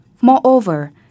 Moreover